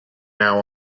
now